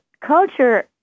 culture